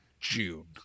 June